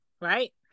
right